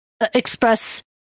express